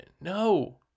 No